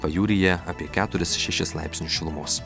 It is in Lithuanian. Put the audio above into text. pajūryje apie keturis šešis laipsnius šilumos